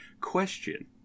Question